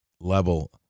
level